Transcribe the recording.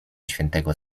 świętego